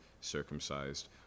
circumcised